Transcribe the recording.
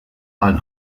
ein